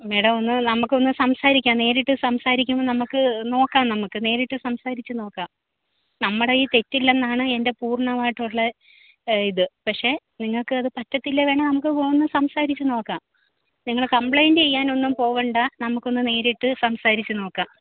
madam ഒന്ന് നമുക്ക് ഒന്ന് സംസാരിക്കാം നേരിട്ട് സംസാരിക്കുമ്പം നമുക്ക് നോക്കാം നമുക്ക് നേരിട്ട് സംസാരിച്ച് നോക്കാം നമ്മുടെ കയ്യിൽ തെറ്റില്ലെന്നാണ് എൻ്റെ പൂർണ്ണമായിട്ടുള്ള എഹ് ഇത് പക്ഷേ നിങ്ങൾക്ക് പറ്റത്തിലേ വേണേൽ നമുക്ക് ഒന്ന് സംസാരിച്ച് നോക്കാം നിങ്ങള് കംപ്ലെയിന്റ് ചെയ്യാൻ ഒന്നും പോകണ്ട നമുക്ക് ഒന്ന് നേരിട്ട് സംസാരിച്ച് നോക്കാം